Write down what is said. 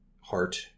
heart